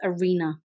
arena